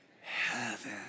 heaven